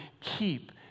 keep